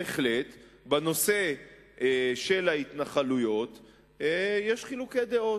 בהחלט, בנושא של ההתנחלויות יש חילוקי דעות.